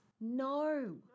No